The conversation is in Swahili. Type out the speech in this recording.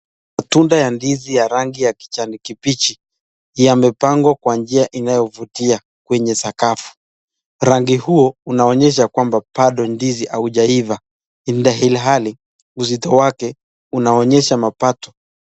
Matunda ya ndizi ya rangi ya kichaniki pichi yamepangwa kwa njia inayovutia kwenye sakafu. Rangi huo unaonyesha kwamba bado ndizi haujaiva. Ilhali uzito wake unaonyesha mapato.